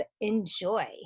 enjoy